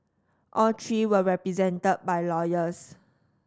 all three were represented by lawyers